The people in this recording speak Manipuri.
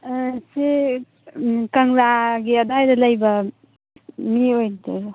ꯁꯦ ꯀꯪꯂꯥꯒꯤ ꯑꯗꯥꯏꯗ ꯂꯩꯕ ꯃꯤ ꯑꯣꯏꯗꯣꯏꯔꯣ